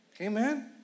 Amen